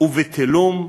ובטלום,